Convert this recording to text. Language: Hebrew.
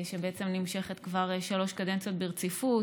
שבעצם נמשכת כבר שלוש קדנציות ברציפות.